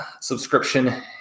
subscription